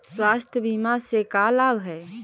स्वास्थ्य बीमा से का लाभ है?